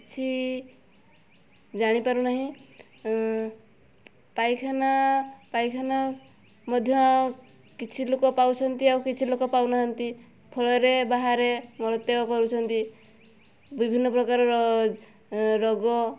କିଛି ଜାଣିପାରୁ ନାହଁ ପାଇଖାନା ପାଇଖାନା ମଧ୍ୟ କିଛି ଲୋକ ପାଉଛନ୍ତି ଆଉ କିଛି ଲୋକ ପାଉନାହାନ୍ତି ଫଳରେ ବାହାରେ ମଳତ୍ୟାଗ କରୁଛନ୍ତି ବିଭିନ୍ନ ପ୍ରକାରର ରୋଗ